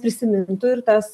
prisimintų ir tas